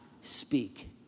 speak